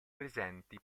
presenti